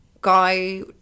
Guy